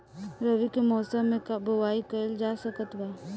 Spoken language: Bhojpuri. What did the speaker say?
रवि के मौसम में का बोआई कईल जा सकत बा?